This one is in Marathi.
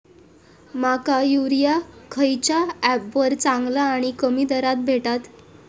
माका युरिया खयच्या ऍपवर चांगला आणि कमी दरात भेटात?